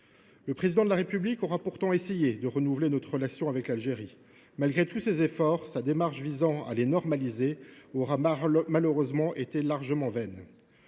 Le Président de la République aura pourtant essayé de renouveler nos relations avec l’Algérie. Malgré tous ses efforts, sa démarche visant à les normaliser aura largement été vaine,